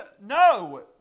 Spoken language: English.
no